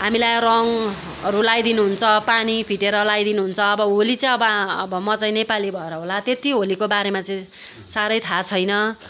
हामीलाई रङहरू लगाइ दिनुहुन्छ पानी फिटेर लगाइ दिनुहुन्छ अब होली चाहिँ अब अब म चाहिँ नेपाली भएर होला त्यति होलिको बारेमा चाहिँ साह्रै थाह छैन